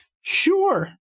Sure